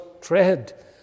tread